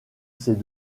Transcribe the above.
ses